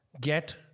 get